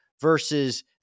versus